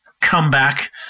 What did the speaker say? comeback